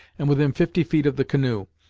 and within fifty feet of the canoe.